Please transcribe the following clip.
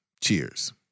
Cheers